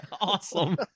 Awesome